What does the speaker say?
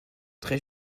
très